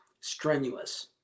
strenuous